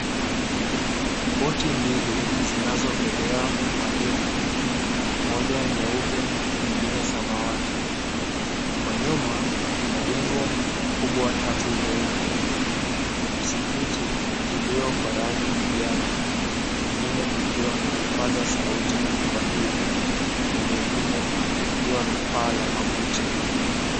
Boti mbili zinazoelea majini, moja nyeupe, ingine samawati. Kwa nyuma, majengo kubwa tatu meupe. Msikiti iliyo kwa rangi kijani, ingine ikiwa na vipaza sauti kwa juu, na nyingine likiwa na paa la makuti.